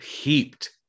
heaped